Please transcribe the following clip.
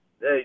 Hey